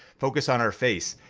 focus on our face.